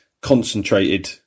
concentrated